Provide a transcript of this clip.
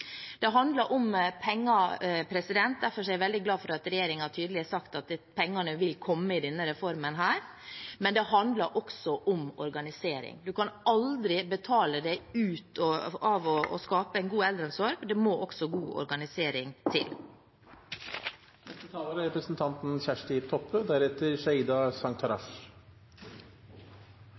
Det handler om penger – derfor er jeg veldig glad for at regjeringen tydelig har sagt at pengene vil komme i forbindelse med denne reformen. Men det handler også om organisering. En kan aldri betale seg fram til en god eldreomsorg – det må også god organisering